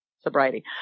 sobriety